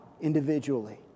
individually